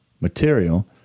material